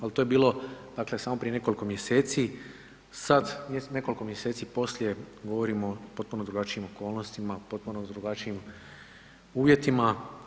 Al to je bilo, dakle prije samo nekoliko mjeseci, sad nekoliko mjeseci poslije govorimo o potpuno drugačijim okolnostima, potpuno drugačijim uvjetima.